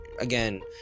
again